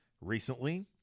Recently